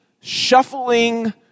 shuffling